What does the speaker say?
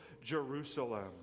Jerusalem